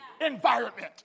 environment